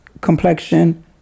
complexion